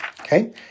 okay